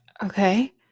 Okay